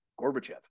Gorbachev